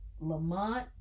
Lamont